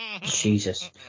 Jesus